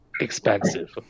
expensive